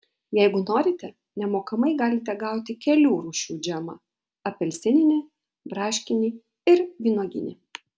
jeigu norite nemokamai galite gauti kelių rūšių džemą apelsininį braškinį ir vynuoginį